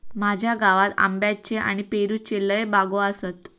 माझ्या गावात आंब्याच्ये आणि पेरूच्ये लय बागो आसत